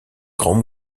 grand